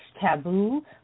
taboo